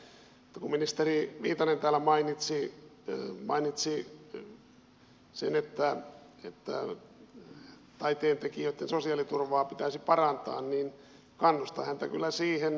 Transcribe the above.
mutta kun ministeri viitanen täällä mainitsi sen että taiteentekijöitten sosiaaliturvaa pitäisi parantaa niin kannustan häntä kyllä siihen